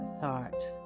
thought